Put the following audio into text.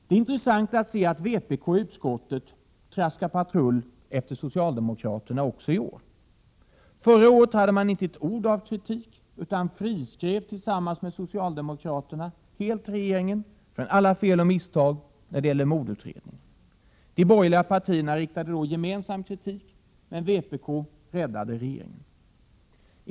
Det är intressant att se hur vpk i utskottet traskar patrullo efter socialdemokraterna också i år. Förra året hade man inte ett ord av kritik utan friskrev tillsammans med socialdemokraterna helt regeringen från alla fel och misstag när det gällde mordutredningen. De borgerliga partierna riktade då gemensamt kritik men vpk räddade regeringen.